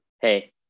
hey